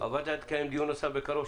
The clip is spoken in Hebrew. הוועדה תקיים דיון נוסף בקרוב,